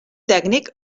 tècnic